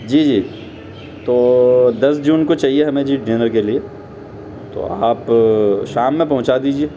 جی جی تو دس جون کو چاہیے ہمیں جی ڈینر کے لیے تو آپ شام میں پہنچا دیجیے